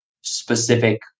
specific